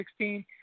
2016